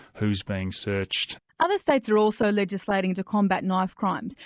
who's being searched. other states are also legislating to combat knife crimes.